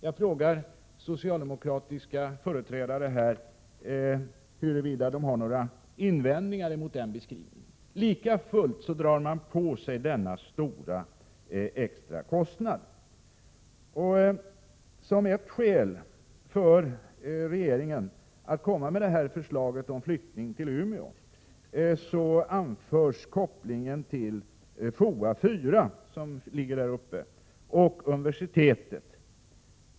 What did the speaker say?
Jag frågar socialdemokratiska företrädare här huruvida de har några invändningar mot den beskrivningen. Likafullt drar man på sig denna extra kostnad. Som ett skäl för regeringen att komma med förslaget om flyttning till Umeå anförs kopplingen till FOA 4, som ligger där uppe, och universitetet.